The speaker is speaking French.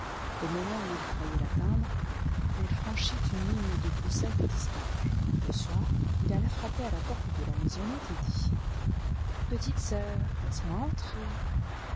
au moment où ils croyaient l'atteindre elle franchit une ligne de broussailles et disparut le soir il alla frapper à la porte de la maisonnette et dit petite sœur laisse moi entrer